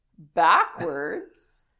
Backwards